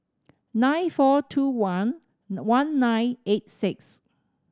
nine four two one one nine eight six